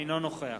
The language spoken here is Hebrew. אינו נוכח